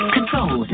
Control